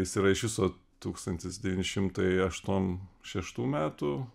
jis yra iš viso tūkstantis devyni šimtai aštuom šeštų metų